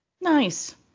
Nice